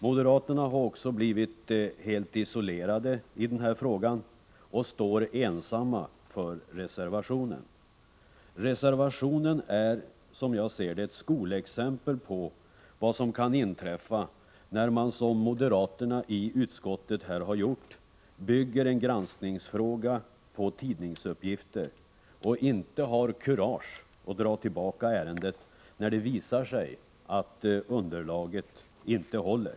Moderaterna har också blivit helt isolerade i denna fråga och står ensamma för reservationen. Reservationen är, som jag ser det, ett skolexempel på vad som kan inträffa när man som moderaterna i utskottet här har gjort bygger argumentationen i en granskningsfråga på tidningsuppgifter och inte har kurage att dra tillbaka ärendet då det visar sig att underlaget inte håller.